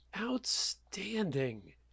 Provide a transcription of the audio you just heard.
outstanding